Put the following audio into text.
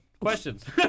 Questions